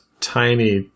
tiny